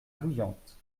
bouillante